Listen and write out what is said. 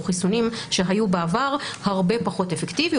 חיסונים שהיו בעבר הרבה פחות אפקטיבי.